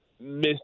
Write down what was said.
miss